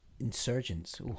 Insurgents